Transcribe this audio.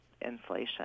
inflation